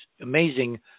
amazing